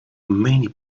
many